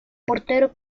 portero